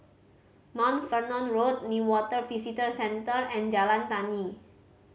Mount Fernon Road Newater Visitor Centre and Jalan Tani